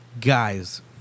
guys